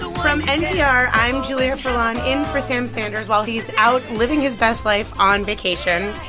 from npr, i'm julia furlan, in for sam sanders while he's out living his best life on vacation.